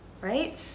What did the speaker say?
right